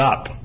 up